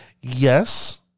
yes